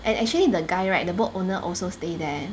and actually the guy right the boat owner also stay there